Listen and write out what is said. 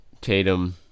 Tatum